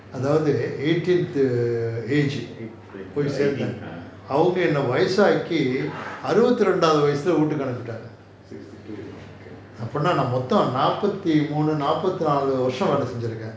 eight when you're eighteen ah sixty two okay